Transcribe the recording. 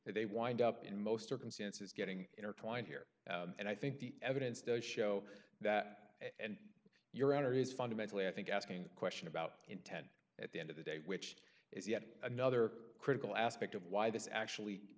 that they wind up in most circumstances getting intertwined here and i think the evidence does show that and your honor is fundamentally i think asking the question about intent at the end of the day which is yet another critical aspect of why this actually